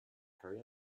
hurry